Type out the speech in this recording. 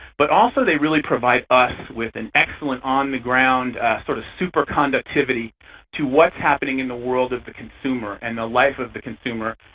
but also they really provide us with an excellent on the ground sort of super-conductivity to what's happening in the world of the consumer and the life of the consumer,